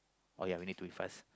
uh yeah we need to be fast